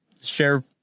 share